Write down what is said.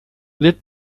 led